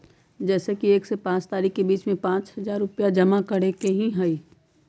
जैसे कि एक से पाँच तारीक के बीज में पाँच हजार रुपया जमा करेके ही हैई?